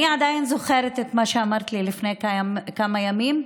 אני עדיין זוכרת את מה שאמרת לי לפני כמה ימים,